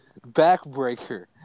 backbreaker